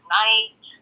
night